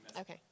Okay